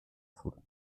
excellent